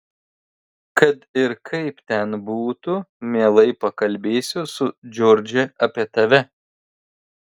kad ir kaip ten būtų mielai pakalbėsiu su džordže apie tave